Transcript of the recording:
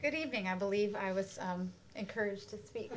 good evening i believe i was encouraged to speak